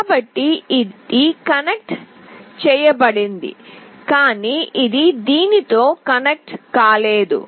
కాబట్టి ఇది కనెక్ట్ చేయబడింది కానీ ఇది దీనితో కనెక్ట్ కాలేదు